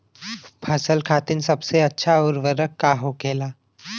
फसल खातीन सबसे अच्छा उर्वरक का होखेला?